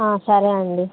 సరేండి